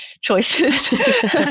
choices